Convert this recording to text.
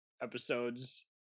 episodes